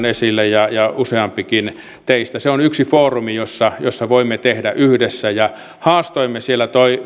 esille ja ja useampikin teistä se on yksi foorumi jossa jossa voimme tehdä työtä yhdessä ja haastoimme siellä